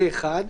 זה אחד.